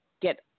get